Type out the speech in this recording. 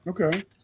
Okay